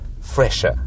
fresher